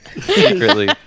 Secretly